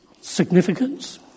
Significance